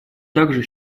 также